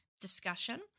discussion